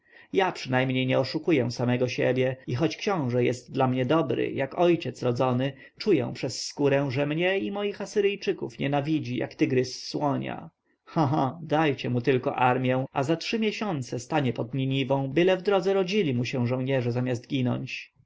ja przynajmniej nie oszukuję samego siebie i choć książę jest dla mnie dobry jak ojciec rodzony czuję przez skórę że mnie i moich asyryjczyków nienawidzi jak tygrys słonia cha cha dajcie mu tylko armję a za trzy miesiące stanie pod niniwą byle w drodze rodzili mu się żołnierze zamiast ginąć